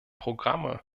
programme